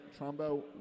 Trumbo